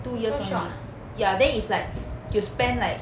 two years only ya then is like you spend like